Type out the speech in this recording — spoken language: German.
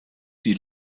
die